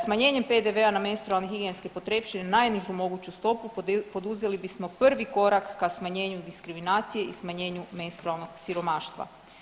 Smanjenjem PDV-a na menstrualne higijenske potrepštine na najnižu moguću stopu poduzeli bismo prvi korak ka smanjenju diskriminacije i smanjenju menstrualnog siromaštva.